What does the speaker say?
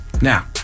Now